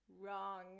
Wrong